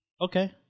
Okay